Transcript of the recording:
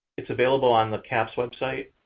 it's available on the cahps website.